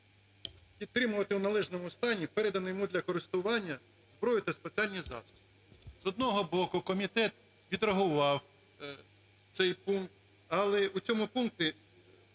підтримувати в належному стані передану йому у користування зброю та спеціальні засоби." З одного боку, комітет відредагував цей пункт, але у цьому пункті